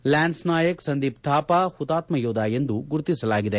lance Naik Sandeep Thapa ಹುತಾತ್ನ ಯೋಧ ಎಂದು ಗುರುತಿಸಲಾಗಿದೆ